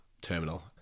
terminal